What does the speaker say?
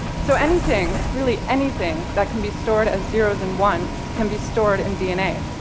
so anything, really anything, that can be stored as zeroes and ones can be stored in dna.